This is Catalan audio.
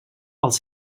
els